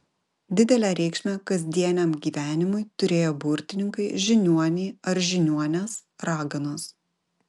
didelę reikšmę kasdieniam gyvenimui turėjo burtininkai žiniuoniai ar žiniuonės raganos